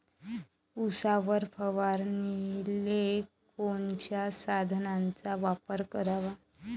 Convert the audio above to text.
उसावर फवारनीले कोनच्या साधनाचा वापर कराव?